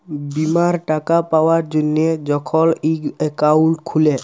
বীমার টাকা পাবার জ্যনহে যখল ইক একাউল্ট খুলে